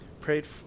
Prayed